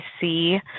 see